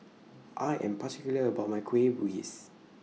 I Am particular about My Kueh Bugis